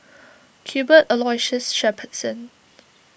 Cuthbert Aloysius Shepherdson